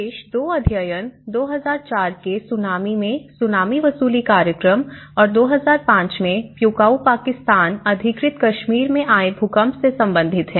शेष 2 अध्ययन 2004 के सुनामी में सुनामी वसूली कार्यक्रम और 2005 में प्यूकाऊ पाकिस्तान अधिकृत कश्मीर में आए भूकंप से संबंधित है